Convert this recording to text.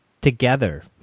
together